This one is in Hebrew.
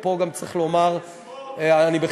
ופה גם צריך לומר, היוזמות.